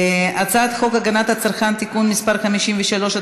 הצעת חוק הגנת הצרכן (תיקון מס' 53),